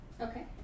Okay